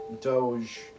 Doge